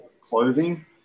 clothing